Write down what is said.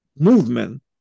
movement